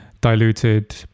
diluted